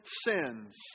sins